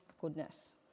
goodness